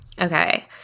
Okay